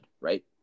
right